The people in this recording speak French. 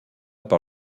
par